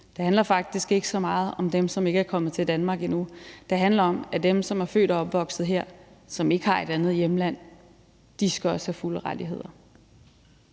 Det handler faktisk ikke så meget om dem, som ikke er kommet til Danmark endnu, det handler om, at dem, som er født og opvokset her, og som ikke har et andet hjemland, også skal have fulde rettigheder.